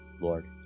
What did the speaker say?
Lord